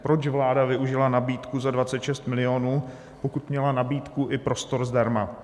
Proč vláda využila nabídku za 26 milionů, pokud měla nabídku i prostor zdarma?